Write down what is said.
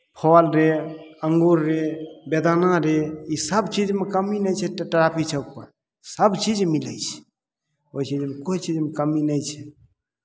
फल रे अंगूर रे बेदाना रे इसभ चीजमे कमी नहि छै ट ट्राफिक चौकपर सभचीज मिलै छै ओहि चीज कोइ चीजमे कमी नहि छै